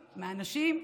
מהאנשים,